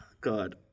God